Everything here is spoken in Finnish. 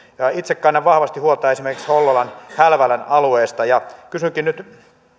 itse kannan vahvasti huolta esimerkiksi hollolan hälvälän alueesta ja kysynkin nyt